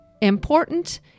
important